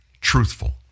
truthful